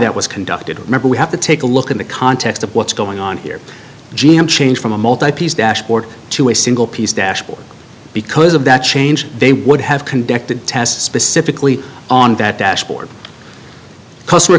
that was conducted remember we have to take a look in the context of what's going on here g m change from a multi piece dashboard to a single piece dashboard because of that change they would have conducted tests specifically on that dashboard customer